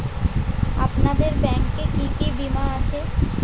আপনাদের ব্যাংক এ কি কি বীমা আছে?